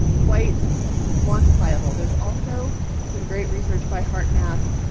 quite quantifiable. there's also some great research by heart math,